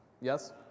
Yes